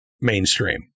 mainstream